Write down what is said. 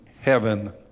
heaven